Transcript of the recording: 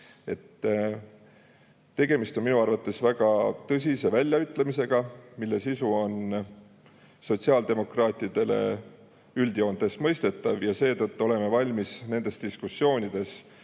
Tegemist on minu arvates väga tõsise väljaütlemisega, mille sisu on sotsiaaldemokraatidele üldjoontes mõistetav ja seetõttu oleme valmis nendes diskussioonides